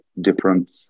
different